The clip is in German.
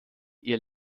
ihr